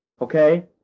Okay